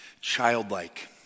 childlike